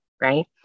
right